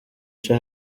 cha